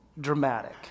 dramatic